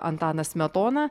antanas smetona